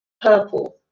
purple